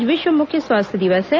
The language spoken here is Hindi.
आज विश्व मुख स्वास्थ्य दिवस है